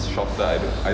shorter I